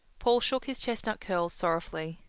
paul shook his chestnut curls sorrowfully.